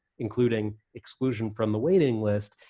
including exclusion from the waiting list,